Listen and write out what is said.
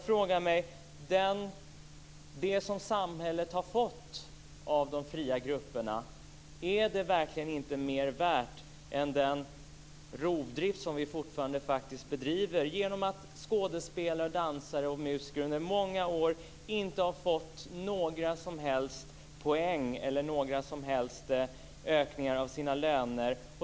Är det som samhället har fått av de fria grupperna inte mer värt än den rovdrift som vi fortfarande bedriver, genom att skådespelare, dansare och musiker under många år inte har fått några som helst poäng eller ökningar av sina löner?